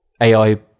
AI